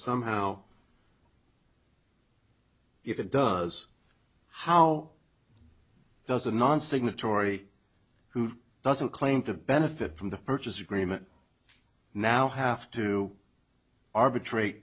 somehow if it does how does a non signatory who doesn't claim to benefit from the purchase agreement now have to arbitra